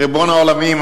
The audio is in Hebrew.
ריבון העולמים,